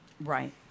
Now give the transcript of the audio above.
Right